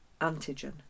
antigen